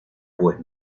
pues